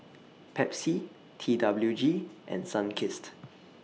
Pepsi T W G and Sunkist